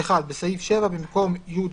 (1)בסעיף 7, במקום "י3"